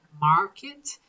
market